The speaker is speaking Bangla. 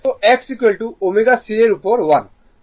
তো x ω c এর উপর 1